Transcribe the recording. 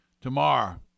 tomorrow